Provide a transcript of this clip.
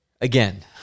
Again